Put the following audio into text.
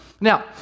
Now